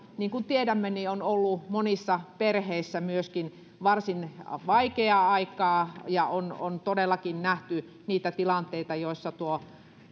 niin kuin tiedämme on ollut monissa perheissä myöskin varsin vaikeaa aikaa ja on on todellakin nähty niitä tilanteita joissa tuo